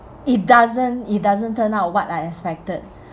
it doesn't it doesn't turn out what I expected